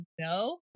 no